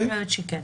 אני חושבת שכן.